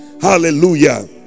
Hallelujah